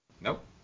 Nope